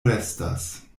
restas